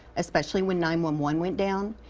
especially when nine one one went down.